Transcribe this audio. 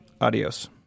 Adios